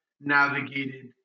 navigated